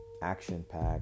action-packed